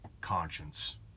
conscience